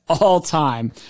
All-time